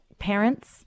parents